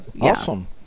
Awesome